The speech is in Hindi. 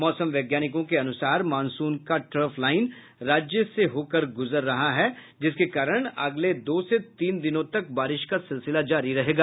मौसम वैज्ञानिकों के अनुसार मॉनसून की ट्रफ लाईन राज्य से होकर गुजर रही है जिसके कारण अगले दो से तीन दिनों तक बारिश का सिलसिला जारी रहेगा